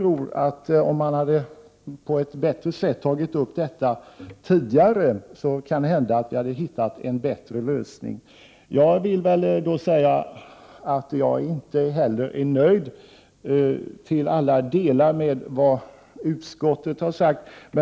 Om man hade på ett bättre sätt tagit upp detta tidigare, kan det hända att det gått att hitta en bättre lösning. Jag vill säga att jag inte heller är nöjd till alla delar med vad utskottet har sagt.